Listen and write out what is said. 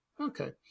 Okay